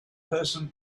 person